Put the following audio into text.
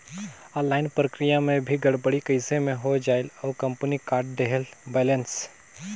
Online प्रक्रिया मे भी गड़बड़ी कइसे मे हो जायेल और कंपनी काट देहेल बैलेंस?